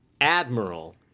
admiral